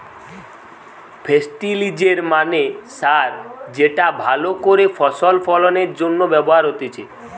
ফেস্টিলিজের মানে সার যেটা ভালো করে ফসল ফলনের জন্য ব্যবহার হতিছে